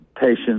patients